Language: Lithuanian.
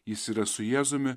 jis yra su jėzumi